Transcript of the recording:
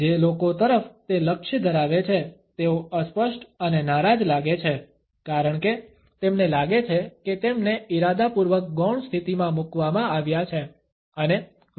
જે લોકો તરફ તે લક્ષ્ય ધરાવે છે તેઓ અસ્પષ્ટ અને નારાજ લાગે છે કારણ કે તેમને લાગે છે કે તેમને ઇરાદાપૂર્વક ગૌણ સ્થિતિમાં મૂકવામાં આવ્યા છે અને લોકો તેનો લાભ લઈ રહ્યા છે